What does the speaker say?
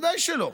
ודאי שלא.